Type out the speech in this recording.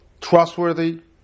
trustworthy